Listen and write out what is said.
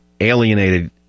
alienated